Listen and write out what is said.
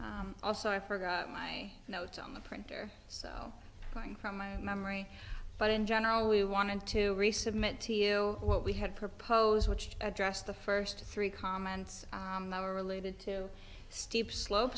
all also i forgot my notes on the printer so going from my memory but in general we wanted to resubmit what we had proposed which address the first three comments that were related to steep slope